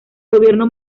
gobierno